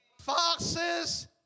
foxes